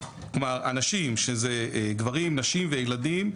כלומר אנשים שזה גברים נשים וילדים,